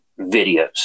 videos